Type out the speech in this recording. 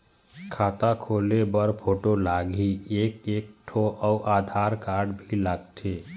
खाता खोले बर फोटो लगही एक एक ठो अउ आधार कारड भी लगथे?